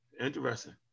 interesting